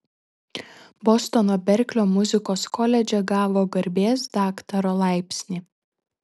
bostono berklio muzikos koledže gavo garbės daktaro laipsnį